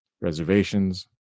reservations